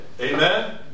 Amen